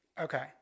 Okay